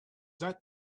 that